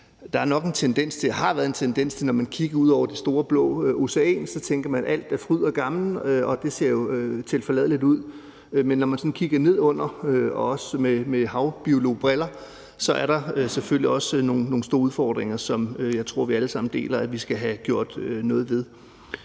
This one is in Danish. nok har været en tendens til, når man kigger ud over det store blå ocean, at man så tænker, at alt er fryd og gammen, og at det jo ser tilforladeligt ud. Men når man sådan kigger ned under overfladen, også med havbiologbriller, så er der selvfølgelig også nogle store udfordringer, som jeg tror vi alle sammen deler opfattelsen af at vi skal have gjort noget ved.